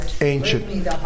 ancient